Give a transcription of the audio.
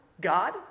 God